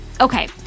Okay